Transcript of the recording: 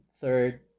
third